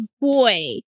boy